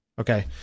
Okay